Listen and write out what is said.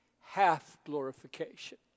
half-glorification